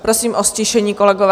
Prosím o ztišení kolegové.